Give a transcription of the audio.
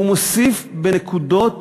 הוא מוסיף בנקודות